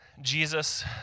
Jesus